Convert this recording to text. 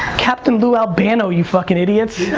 captain lou albano, you fucking idiots.